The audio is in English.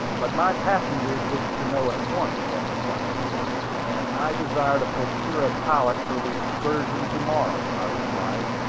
but my passengers wish to know at once what the plan is, and i desire to procure a pilot for the excursion to-morrow, i replied.